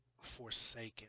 Forsaken